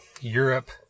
Europe